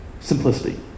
Simplicity